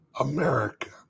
America